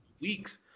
weeks